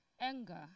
Anger